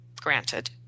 granted